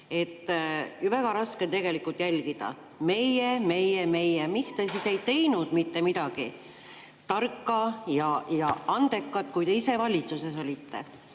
väga raske on jälgida. Meie, meie, meie! Miks te siis ei teinud mitte midagi tarka ja andekat, kui te ise valitsuses olite?